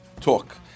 talk